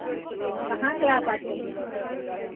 कहाँ से आप आते हैं